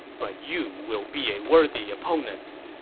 but you will be a worthy opponent.